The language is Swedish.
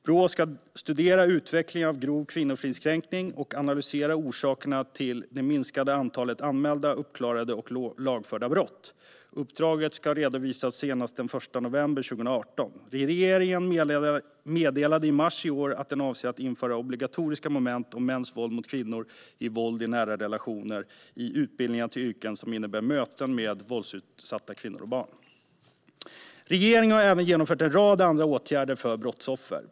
Brå ska studera utvecklingen av grov kvinnofridskränkning och analysera orsakerna till det minskade antalet anmälda, uppklarade och lagförda brott. Uppdraget ska redovisas senast den 1 november 2018. Regeringen meddelade i mars i år att den avser att införa obligatoriska moment om mäns våld mot kvinnor och våld i nära relationer i utbildningar till yrken som innebär möten med våldsutsatta kvinnor och barn. Regeringen har även genomfört en rad andra åtgärder för brottsoffer.